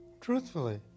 Truthfully